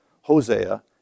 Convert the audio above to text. Hosea